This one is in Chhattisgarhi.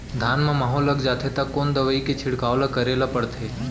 धान म माहो लग जाथे त कोन दवई के छिड़काव ल करे ल पड़थे?